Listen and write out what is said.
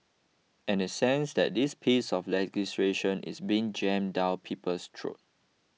and a sense that this piece of legislation is being jammed down people's throat